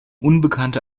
unbekannte